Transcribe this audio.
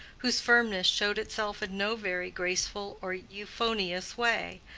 whose firmness showed itself in no very graceful or euphonious way,